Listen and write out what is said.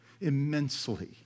immensely